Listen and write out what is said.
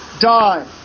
die